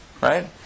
right